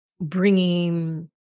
bringing